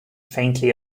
faintly